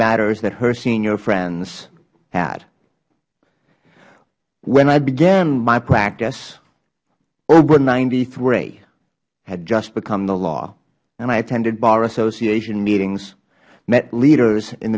matters that her senior friends had when i began my practice obra ninety three had just become the law and i attended bar association meetings met leaders in